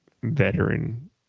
veteran